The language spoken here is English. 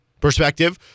perspective